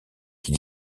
qui